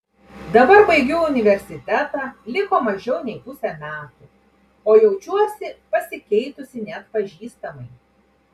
dabar baigiu universitetą liko mažiau nei pusė metų o jaučiuosi pasikeitusi neatpažįstamai